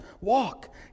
walk